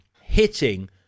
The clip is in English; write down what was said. hitting